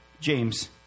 James